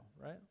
right